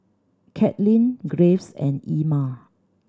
Katlin Graves and Emma